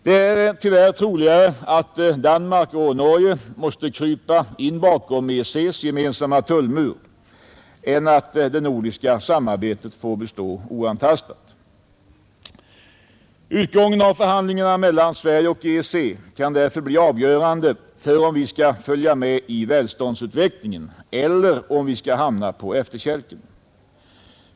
Det är tyvärr troligare att Danmark och Norge måste krypa in bakom EEC:s gemensamma tullmur än att det nordiska samarbetet får bestå oantastat. Utgången av förhandlingarna mellan Sverige och EEC kan därför bli avgörande för om vi skall följa med i välståndsutvecklingen eller om vi skall hamna på efterkälken.